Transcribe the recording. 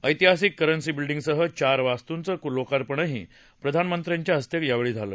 ऐतिहासिक करन्सी बिल्डींगसह चार वास्तूंच लोकार्पणही प्रधानमत्र्यांच्या हस्ते यावेळी झाल